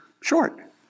short